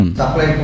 supply